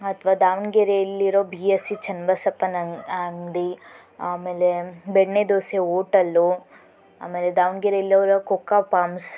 ಅಥವಾ ದಾವಣಗೆರೆಯಲ್ಲಿರೋ B S C ಚನ್ನಬಸಪ್ಪನ ಅಂಗಡಿ ಆಮೇಲೆ ಬೆಣ್ಣೆದೋಸೆ ಹೋಟಲ್ಲು ಆಮೇಲೆ ದಾವಣಗೆರೆಯಲ್ಲಿರೋ ಕೊಕ್ಕ ಪಾಮ್ಸ್